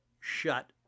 shut